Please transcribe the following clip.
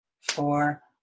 four